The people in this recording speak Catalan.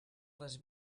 les